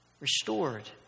restored